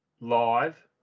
Live